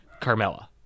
Carmella